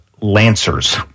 Lancers